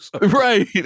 Right